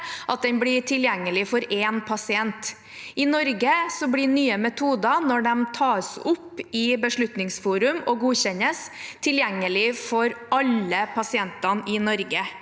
at den blir tilgjengelig for én pasient. I Norge blir nye metoder, når de tas opp i Beslutningsforum og godkjennes, tilgjengelig for alle pasientene i Norge.